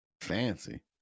Fancy